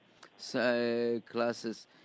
classes